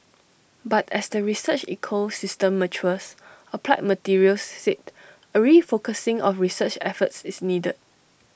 but as the research ecosystem matures applied materials said A refocusing of research efforts is needed